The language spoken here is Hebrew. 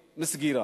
מסגירה.